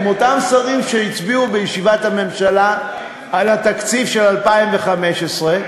הם אותם שרים שהצביעו בישיבת הממשלה על התקציב של 2015,